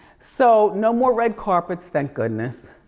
so no more red carpets, thank goodness.